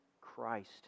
Christ